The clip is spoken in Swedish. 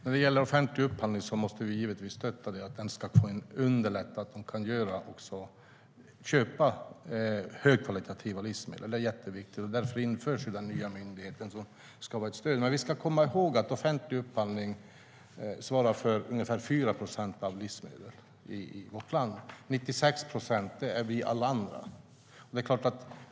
Fru talman! Vi måste givetvis stötta och underlätta så att offentlig upphandling kan köpa högkvalitativa livsmedel. Det är jätteviktigt. Därför införs den nya myndigheten, som ska vara ett stöd. Men vi ska komma ihåg att offentlig upphandling svarar för ungefär 4 procent av livsmedlen i vårt land. 96 procent står alla vi andra för.